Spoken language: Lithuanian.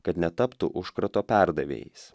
kad netaptų užkrato perdavėjais